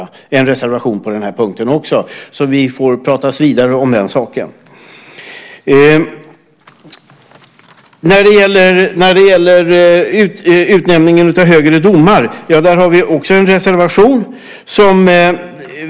Vi har en reservation på den här punkten också. Så vi får prata vidare om den saken. När det gäller utnämningen av högre domare har vi också en reservation.